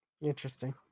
Interesting